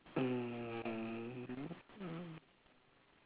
mm